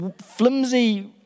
flimsy